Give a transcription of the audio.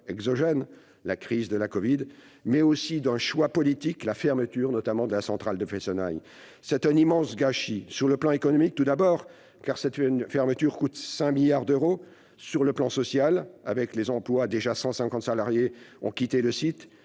exogène, la crise de la covid, mais aussi d'un choix politique, la fermeture de la centrale de Fessenheim. C'est un immense gâchis ! Sur le plan économique, tout d'abord, cette fermeture coûte 5 milliards d'euros. Sur le plan social, ensuite, 150 salariés ont déjà quitté le site